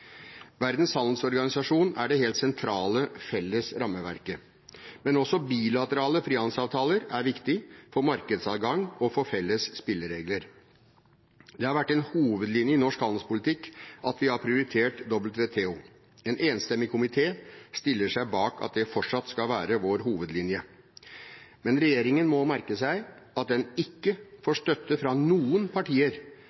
Verdens handelsorganisasjon er det helt sentrale, felles rammeverket. Men også bilaterale frihandelsavtaler er viktig for markedsadgang og felles spilleregler. Det har vært en hovedlinje i norsk handelspolitikk at vi har prioritert WTO. En enstemmig komité stiller seg bak at det fortsatt skal være vår hovedlinje. Men regjeringen må merke seg at den ikke